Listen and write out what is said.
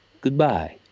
Goodbye